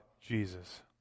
Jesus